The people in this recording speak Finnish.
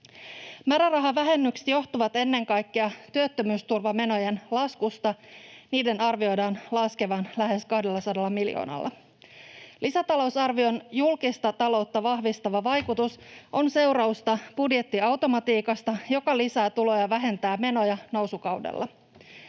Määrärahavähennykset johtuvat ennen kaikkea työttömyysturvamenojen laskusta. Niiden arvioidaan laskevan lähes 200 miljoonalla. Lisätalousarvion julkista taloutta vahvistava vaikutus on seurausta budjettiautomatiikasta, joka lisää tuloja ja vähentää menoja nousukaudella.